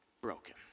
broken